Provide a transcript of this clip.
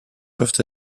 peuvent